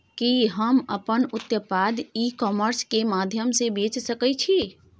कि हम अपन उत्पाद ई कॉमर्स के माध्यम से बेच सकै छी?